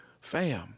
fam